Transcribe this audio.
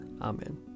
Amen